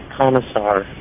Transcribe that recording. commissar